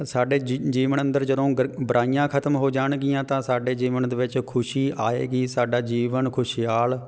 ਸਾਡੇ ਜੀ ਜੀਵਨ ਅੰਦਰ ਜਦੋਂ ਗ ਬੁਰਾਈਆਂ ਖਤਮ ਹੋ ਜਾਣਗੀਆਂ ਤਾਂ ਸਾਡੇ ਜੀਵਨ ਦੇ ਵਿੱਚ ਖੁਸ਼ੀ ਆਏਗੀ ਸਾਡਾ ਜੀਵਨ ਖੁਸ਼ਹਾਲ